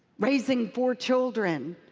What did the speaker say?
raising four children,